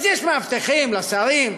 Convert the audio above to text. אז יש מאבטחים לשרים,